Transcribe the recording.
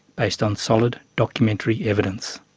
based on solid documentary evidence.